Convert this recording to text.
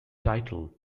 title